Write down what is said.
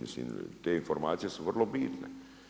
Mislim te informacije su vrlo bitne.